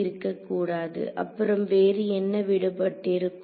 இருக்கக்கடாது அப்புறம் வேறு என்ன விடுபட்டிருக்கும்